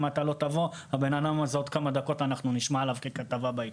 אתה לא תבוא האדם הזה בעוד כמה דקות נראה עליו כתבה בעיתון.